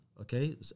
okay